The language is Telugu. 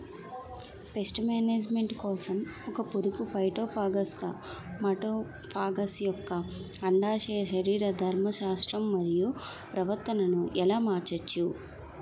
పేస్ట్ మేనేజ్మెంట్ కోసం ఒక పురుగు ఫైటోఫాగస్హె మటోఫాగస్ యెక్క అండాశయ శరీరధర్మ శాస్త్రం మరియు ప్రవర్తనను ఎలా మార్చచ్చు?